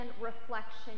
reflection